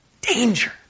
danger